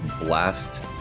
blast